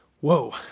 Whoa